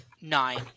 nine